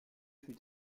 fut